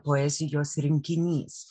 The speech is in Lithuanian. poezijos rinkinys